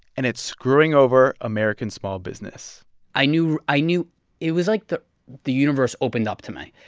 and it's screwing over american small business i knew i knew it was like the the universe opened up to me.